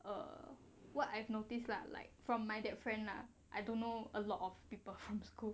err what I've noticed lah like from my that friend lah I don't know a lot of people from school